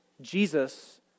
Jesus